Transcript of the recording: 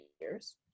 years